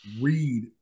read